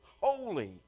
holy